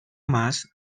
más